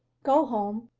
go home,